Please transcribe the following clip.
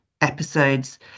episodes